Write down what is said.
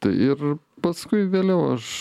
tai ir paskui vėliau aš